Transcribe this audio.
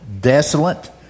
desolate